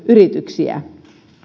yrityksiä